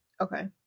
Okay